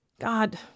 God